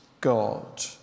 god